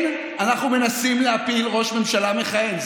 כן, אנחנו מנסים להפיל ראש ממשלה מכהן.